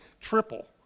triple